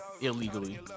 Illegally